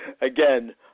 again